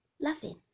laughing